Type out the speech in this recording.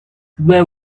where